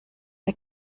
der